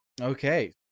Okay